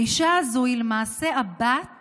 האישה הזו היא למעשה הבת